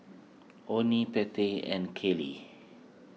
oney Pattie and Kaylee